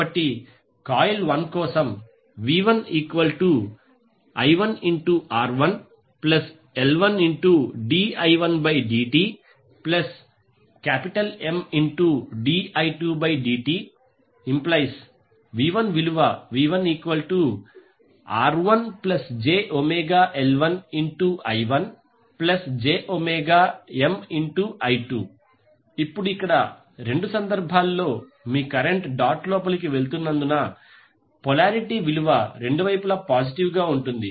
కాబట్టి కాయిల్ 1 కోసం v1i1R1L1di1dtMdi2dtV1R1jωL1I1jωMI2 ఇప్పుడు ఇక్కడ రెండు సందర్భాల్లో మీ కరెంట్ డాట్ లోపలికి వెళుతున్నందున పొలారిటీ విలువ రెండు వైపులా పాజిటివ్ గా ఉంటుంది